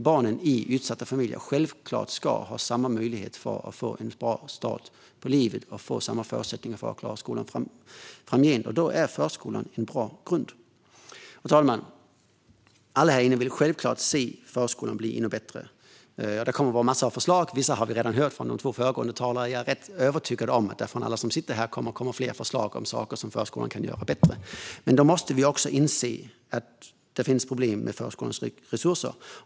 Barn i utsatta familjer ska självklart ha samma möjlighet till en bra start i livet och samma förutsättningar att klara skolan framgent, och då är förskolan en bra grund. Fru talman! Alla här inne vill självklart se förskolan bli ännu bättre. Det kommer en massa förslag. Vissa har vi redan hört från de två föregående talarna, och jag är rätt övertygad om att det kommer att komma fler förslag om saker som förskolan kan göra bättre från alla som sitter här. Men då måste vi också inse att det finns problem med förskolans resurser.